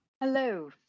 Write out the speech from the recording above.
Hello